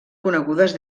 conegudes